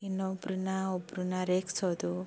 ಇನ್ನೊಬ್ಬರನ್ನ ಒಬ್ಬರನ್ನ ರೇಗಿಸೋದು